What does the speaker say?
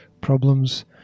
PROBLEMS